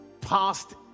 Past